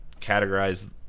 categorize